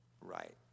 right